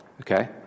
Okay